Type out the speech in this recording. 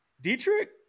Dietrich